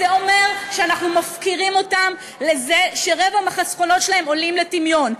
זה אומר שאנחנו מפקירים אותם לזה שרבע מהחסכונות שלהם יורדים לטמיון.